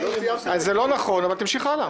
זה לא נכון, אבל תמשיך הלאה.